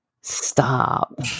Stop